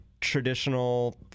traditional